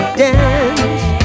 dance